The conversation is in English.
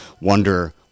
wonder